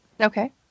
Okay